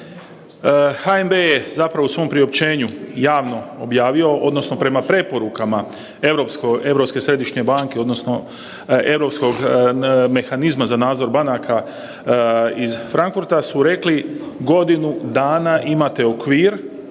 HNB je u svom priopćenju javno objavio odnosno prema preporukama Europske središnje banke odnosno europskog mehanizma za nadzor banaka iz Frankfurta su rekli godinu dana imate okvir